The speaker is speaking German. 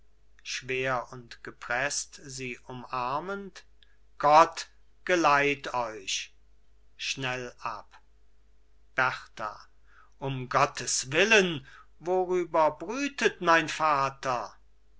schwer und gepreßt sie umarmend gott geleit euch schnell ab berta um gottes willen worüber brütet mein vater